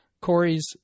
Corey's